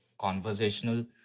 conversational